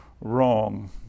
wrong